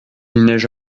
neige